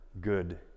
good